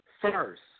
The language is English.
First